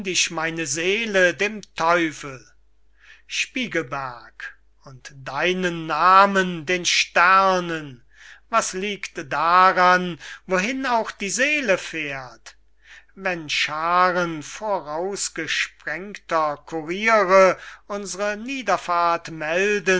ich meine seele dem teufel spiegelberg und deinen namen den sternen was liegt daran wohin auch die seele fährt wenn schaaren vorausgesprengter kuriere unsere niederfahrt melden